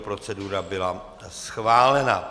Procedura byla schválena.